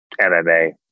MMA